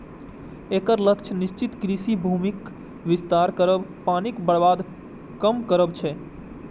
एकर लक्ष्य सिंचित कृषि भूमिक विस्तार करब, पानिक बर्बादी कम करब छै